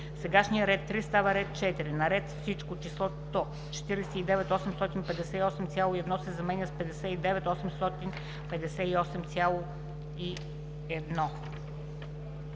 сегашният ред 3 става ред 4. - на ред Всичко числото „49 858,1“ се заменя с „59 858,1“.“